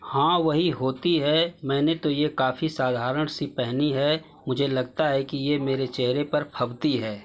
हाँ वही होती है मैंने तो यह काफ़ी साधारण सी पहनी है मुझे लगता है कि यह मेरे चेहरे पर फ़बती है